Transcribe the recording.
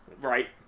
Right